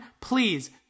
please